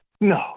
No